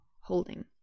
holding